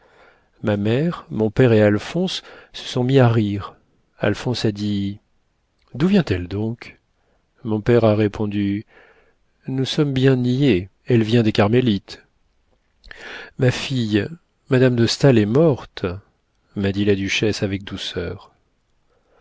ma mère mon père et alphonse se sont mis à rire alphonse a dit d'où vient-elle donc mon père a répondu nous sommes bien niais elle vient des carmélites ma fille madame de staël est morte m'a dit la duchesse avec douceur